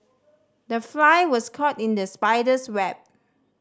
the fly was caught in the spider's web